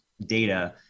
data